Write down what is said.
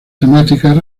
temáticas